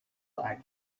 like